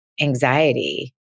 anxiety